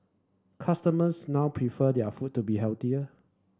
customers now prefer their food to be healthier